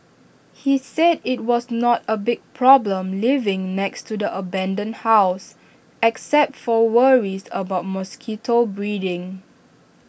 he said IT was not A big problem living next to the abandoned house except for worries about mosquito breeding